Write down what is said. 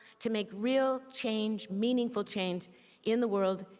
to make real change, meaningful change in the world,